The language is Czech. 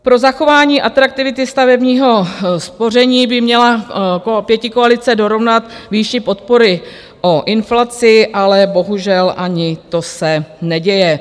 Pro zachování atraktivity stavebního spoření by měla pětikoalice dorovnat výši podpory o inflaci, ale bohužel ani to se neděje.